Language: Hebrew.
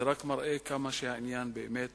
זה רק מראה כמה העניין באמת